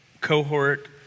cohort